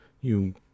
You